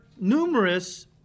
numerous